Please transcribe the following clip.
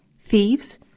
thieves